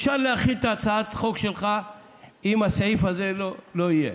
אפשר להכיל את הצעת החוק הזאת שלך אם הסעיף הזה לא יהיה,